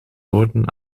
woorden